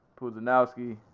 Puzanowski